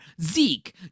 Zeke